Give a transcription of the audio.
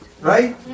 right